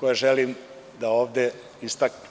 koje želim da ovde istaknem.